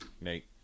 Nate